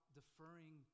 deferring